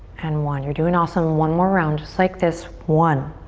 and one. you're doing awesome. one more round just like this. one,